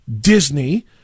Disney